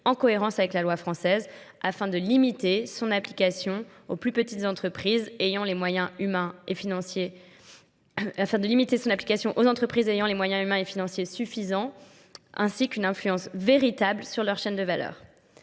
en cohérence avec la loi française afin de limiter son application aux plus petites entreprises ayant les moyens humains et financiers suffisants ainsi qu'une influence véritable sur leur chaîne de valeur.